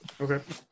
Okay